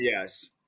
Yes